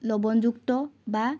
লৱণযুক্ত বা